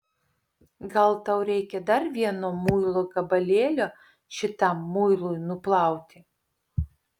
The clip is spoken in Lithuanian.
gal tau reikia dar vieno muilo gabalėlio šitam muilui nuplauti